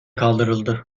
kaldırıldı